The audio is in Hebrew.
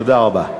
תודה רבה.